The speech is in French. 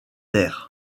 terres